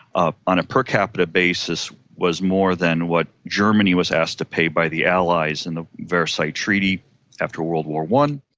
ah on a per capita basis, was more than what germany was asked to pay by the allies in the versailles treaty after world war one.